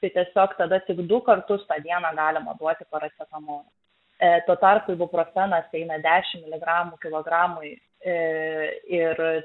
tai tiesiog tada tik du kartus tą dieną galima duoti paracetamolio tuo tarpu ibuprofenas eina dešim miligramų kilogramui ir